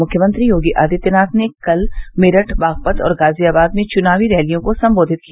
मुख्यमंत्री योगी आदित्यनाथ ने कल मेरठ बागपत और गाजियाबाद में चुनाव रैलियों को संबोधित किया